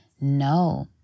No